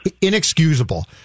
inexcusable